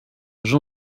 jean